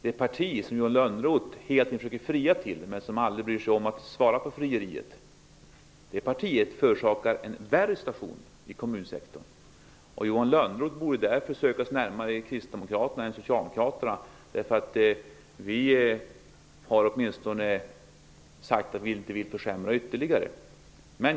Det parti som Johan Lönnroth hela tiden försöker fria till men som aldrig bryr sig om att svara på frieriet förorsakar en sämre situation i kommunsektorn -- jag försökte säga det i mitt huvudanförande här i kammaren. Johan Lönnroth borde därför söka sig närmare kristdemokraterna än socialdemokraterna. Vi har åtminstone uttalat att vi inte vill försämra det ytterligare.